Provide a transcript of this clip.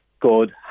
good